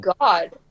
God